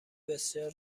بسیار